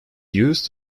used